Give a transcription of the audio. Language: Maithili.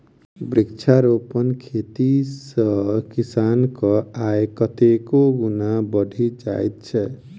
वृक्षारोपण खेती सॅ किसानक आय कतेको गुणा बढ़ि जाइत छै